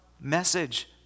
message